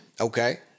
Okay